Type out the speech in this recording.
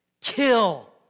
kill